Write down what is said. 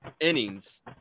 innings